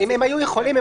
אם הם היו יכולים,